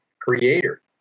creator